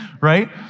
right